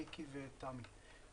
מיקי ותמי.